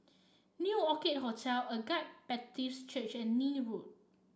New Orchid Hotel Agape Baptist Church and Neil Road